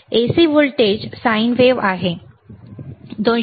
AC voltage sine wave आहे बरोबर